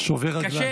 שובר רגליים.